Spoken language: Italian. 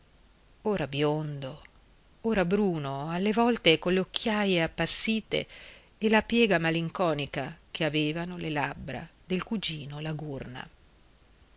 ora biondo ora bruno alle volte colle occhiaie appassite e la piega malinconica che avevano le labbra del cugino